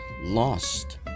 lost